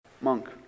monk